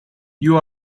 you